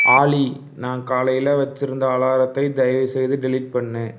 ஆலி நான் காலையில் வச்சுருந்த அலாரத்தை தயவு செய்து டெலீட் பண்ணு